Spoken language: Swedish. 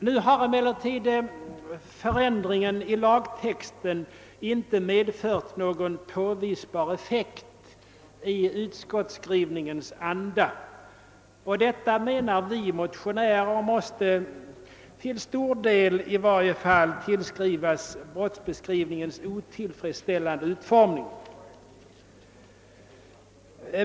Nu har emellertid förändringen i lagtexten inte medfört någon påvisbar effekt i utskottsutlåtandets anda, och vi motionärer menar att detta måste, till stor del i varje fall, sammanhänga med brottsbeskrivningens otillfredsställande utformning.